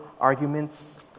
arguments